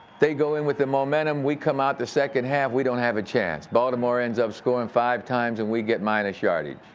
they go in with the momentum. we come out the second half, we don't have a chance. baltimore ends up scoring five times and we get minus yardage.